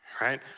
right